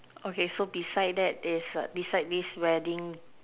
okay so beside that is err beside this wedding